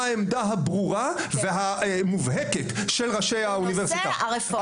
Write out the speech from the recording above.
העמדה הברורה והמובהקת של ראשי האוניברסיטה -- בנושא הרפורמה,